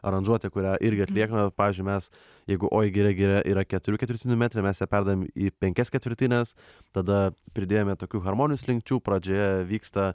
aranžuotė kurią irgi atliekame pavyzdžiui mes jeigu oi giria giria yra keturių ketvirtinių metre mes ją perdarėm į penkias ketvirtines tada pridėjome tokių hormonų slinkčių pradžioje vyksta